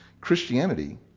Christianity